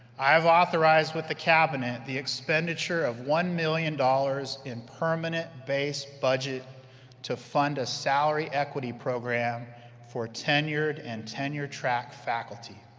i have authorized with the cabinet the expenditure of one million dollars in permanent base budget dollars to fund salary equity program for tenured and tenure-track faculty.